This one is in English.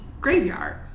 graveyard